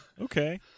Okay